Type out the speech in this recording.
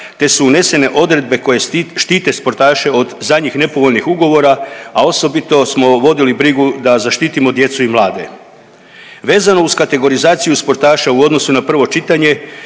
te su unesene odredbe koje štite sportaše od za njih nepovoljnih ugovora, a osobito smo vodili brigu da zaštitimo djecu i mlade. Vezano uz kategorizaciju sportaša u odnosu na prvo čitanje